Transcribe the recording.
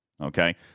Okay